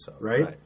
right